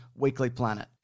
weeklyplanet